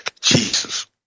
Jesus